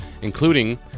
including